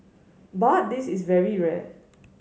but this is very rare